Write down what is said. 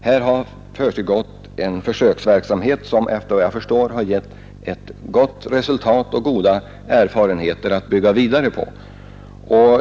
Här har försiggått en försöksverksamhet, som efter vad jag förstår har gett ett gott resultat och goda erfarenheter att bygga vidare på.